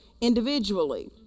individually